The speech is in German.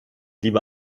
lieber